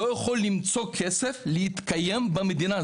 לא יכול למצוא כסף להתקיים במדינה,